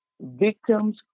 victims